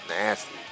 nasty